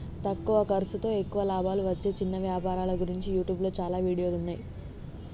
తక్కువ ఖర్సుతో ఎక్కువ లాభాలు వచ్చే చిన్న వ్యాపారాల గురించి యూట్యూబ్లో చాలా వీడియోలున్నయ్యి